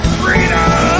freedom